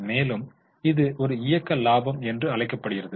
மேலும் இது ஒரு இயக்க லாபம் என்று அழைக்கப்படுகிறது